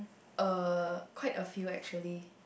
uh quite a few actually